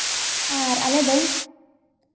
ᱟᱨ ᱟᱞᱮ ᱫᱚ